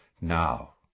Now